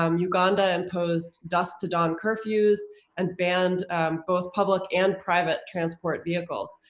um uganda imposed dusk to dawn curfews and banned both public and private transport vehicles.